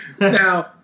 Now